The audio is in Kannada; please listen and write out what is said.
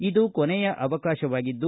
ಇದು ಕೊನೆಯ ಅವಕಾಶವಾಗಿದೆ